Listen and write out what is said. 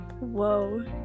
Whoa